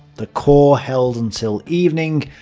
the corps held until evening,